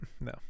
no